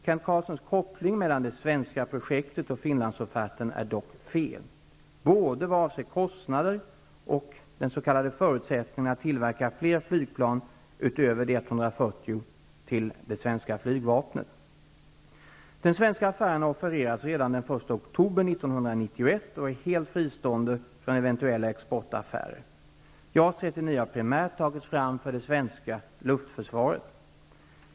Kent Carlssons koppling mellan det svenska projektet och Finlandsofferten är dock felaktig vad avser både kostnaderna och ''förutsättningen'' för att tillverka fler flygplan utöver de 140 till det svenska flygvapnet. Den svenska affären har offererats redan den 1 oktober 1991 och är helt fristående från eventuella exportaffärer. JAS 39 har primärt tagits fram för det svenska luftförsvaret.